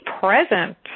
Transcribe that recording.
present